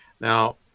Now